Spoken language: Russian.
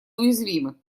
уязвимы